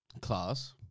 Class